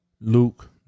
luke